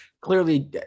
clearly